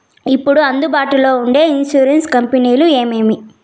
ఇప్పుడు అందుబాటులో ఉండే ఇన్సూరెన్సు కంపెనీలు ఏమేమి?